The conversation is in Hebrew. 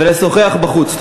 ובבקשה לשוחח בחוץ.